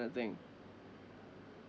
of thing